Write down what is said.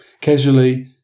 casually